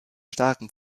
starken